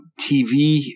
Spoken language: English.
TV